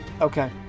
Okay